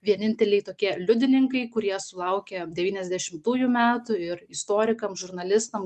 vieninteliai tokie liudininkai kurie sulaukė devyniasdešimtųjų metų ir istorikam žurnalistam